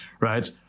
right